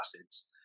acids